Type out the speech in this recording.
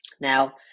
Now